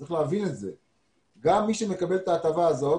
צריך להבין שגם מי שמקבל את ההטבה הזאת